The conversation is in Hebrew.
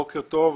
בוקר טוב.